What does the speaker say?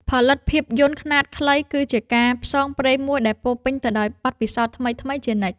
ផលិតភាពយន្តខ្នាតខ្លីគឺជាការផ្សងព្រេងមួយដែលពោរពេញទៅដោយបទពិសោធន៍ថ្មីៗជានិច្ច។